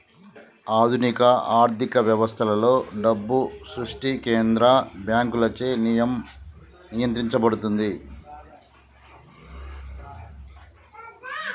ఆధునిక ఆర్థిక వ్యవస్థలలో, డబ్బు సృష్టి కేంద్ర బ్యాంకులచే నియంత్రించబడుతుంది